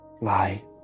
lie